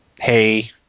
hey